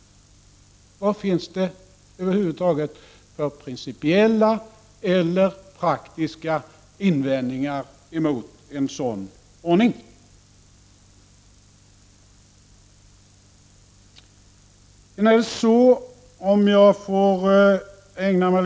1989/90:36 det över huvud taget för principiella eller praktiska invändningar emot en 30 november 1990 sådan ordning?